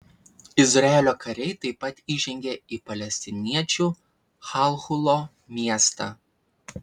izraelio kariai taip pat įžengė į palestiniečių halhulo miestą